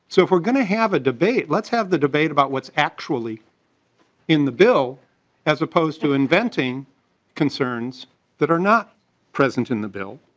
so going to have a debate let's have the debate about what's actually in the bill as opposed to inventing concerns that are not present in the bill